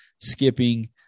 skipping